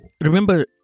Remember